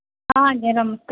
ହଁ ଆଜ୍ଞା ନମସ୍କାର